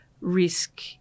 risk